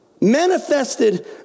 Manifested